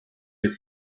your